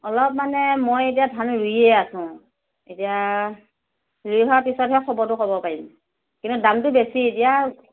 অলপ মানে মই এতিয়া ধান ৰুয়েই আছোঁ এতিয়া ফ্ৰী হোৱাৰ পিছতহে খবৰটো কৰিব পাৰিম কিন্তু দামটো বেছি এতিয়া